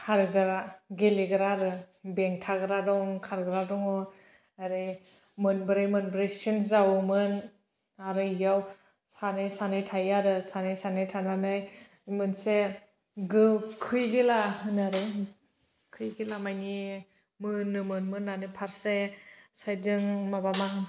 खारग्रा गेलेग्रा आरो बेंथाग्रा दं खारग्रा दङ आरो मोनब्रै मोनब्रै सिन जावोमोन आरो बेयाव सानै सानै थायो आरो सानै सानै थानानै मोनसे गोखै गेला होनो आरो खै खेला मानि मोनोमोन मोननानै फारसे साइदजों माबा मा